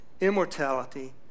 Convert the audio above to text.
immortality